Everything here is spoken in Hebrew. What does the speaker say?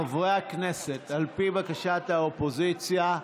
חברי הכנסת, על פי בקשת האופוזיציה,